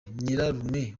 nyirarume